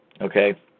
Okay